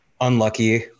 unlucky